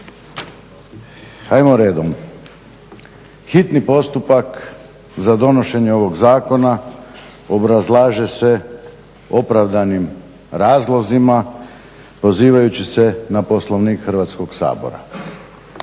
Ajmo redom, hitni postupak za donošenje ovog zakona obrazlaže se opravdanim razlozima pozivajući se na Poslovnik Hrvatskog sabora.